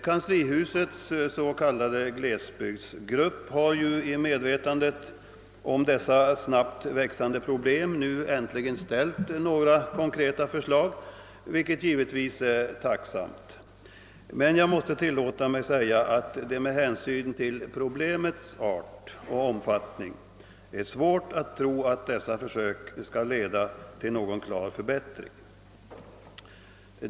Kanslihusets s.k. glesbygdsgrupp har ju i medvetandet om dessa snabbt växande problem nu äntligen ställt några konkreta förslag, vilket givetvis är tacknämligt. Men jag måste tillåta mig att säga, att det med hänsyn till problemets art och omfattning är svårt att tro att dessa försök skall leda till någon klar förbättring.